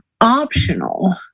optional